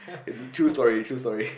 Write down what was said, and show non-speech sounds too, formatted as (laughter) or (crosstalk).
and true story true story (laughs)